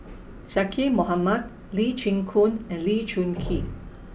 Zaqy Mohamad Lee Chin Koon and Lee Choon Kee